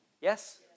Yes